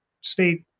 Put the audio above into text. state